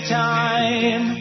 time